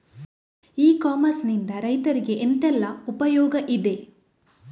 E commerce ನಿಂದ ರೈತರಿಗೆ ಎಂತೆಲ್ಲ ಉಪಯೋಗ ಇದೆ?